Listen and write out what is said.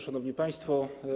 Szanowni Państwo!